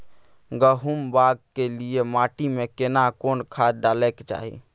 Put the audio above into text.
गहुम बाग के लिये माटी मे केना कोन खाद डालै के चाही?